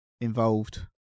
involved